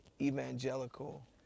evangelical